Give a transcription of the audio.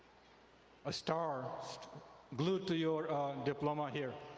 a star so glued to your diploma here.